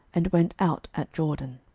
and went out at jordan.